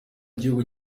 gihugu